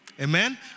Amen